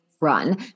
run